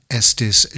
estis